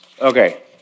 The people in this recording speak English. Okay